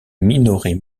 minoret